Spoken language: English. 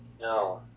No